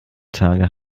tage